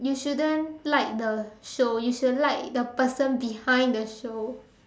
you shouldn't like the show you should like the person behind the show